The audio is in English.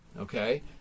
okay